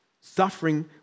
suffering